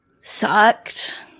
sucked